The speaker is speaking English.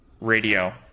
radio